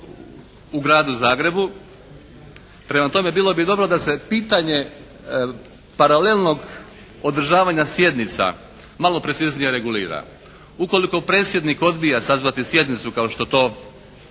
u gradu Zagrebu. Prema tome bilo bi dobro da se pitanje paralelnog održavanja sjednica malo preciznije regulira. Ukoliko predsjednik odbija sazvati sjednicu kao što to